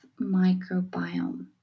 microbiome